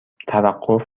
توقف